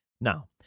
Now